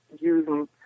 using